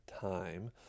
time